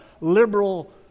liberal